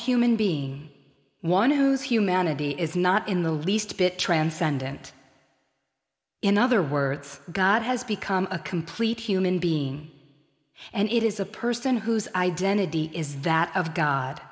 human being one whose humanity is not in the least bit transcendent in other words god has become a complete human being and it is a person whose identity is that of god